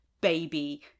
baby